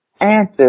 answer